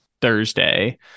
Thursday